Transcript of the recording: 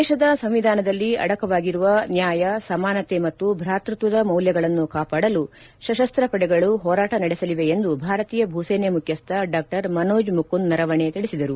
ದೇತದ ಸಂವಿಧಾನದಲ್ಲಿ ಅಡಕವಾಗಿರುವ ನ್ಯಾಯ ಸಮಾನತೆ ಮತ್ತು ಭ್ರಾತೃಕ್ಷದ ಮೌಲ್ಯಗಳನ್ನು ಕಾಪಾಡಲು ಸತಸ್ತ ಪಡೆಗಳು ಹೋರಾಟ ನಡೆಸಲಿವೆ ಎಂದು ಭಾರತೀಯ ಭೂಸೇನೆ ಮುಖ್ಯಸ್ವ ಡಾ ಮನೋಜ್ ಮುಕುಂದ್ ನರವಣೆ ತಿಳಿಸಿದರು